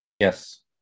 Yes